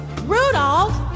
Rudolph